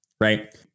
right